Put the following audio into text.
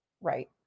Right